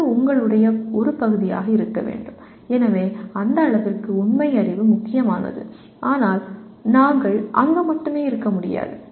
இது உங்களுடைய ஒரு பகுதியாக இருக்க வேண்டும் எனவே அந்த அளவிற்கு உண்மை அறிவு முக்கியமானது ஆனால் நாங்கள் அங்கு மட்டுமே இருக்க முடியாது